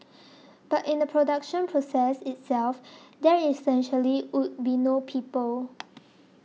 but in the production process itself there essentially would be no people